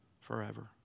forever